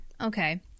Okay